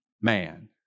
man